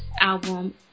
album